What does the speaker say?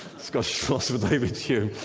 scottish philosopher david hume.